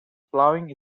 plowing